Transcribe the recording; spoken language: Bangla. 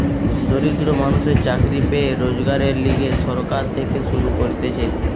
দরিদ্র মানুষদের চাকরি পেয়ে রোজগারের লিগে সরকার থেকে শুরু করতিছে